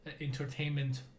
Entertainment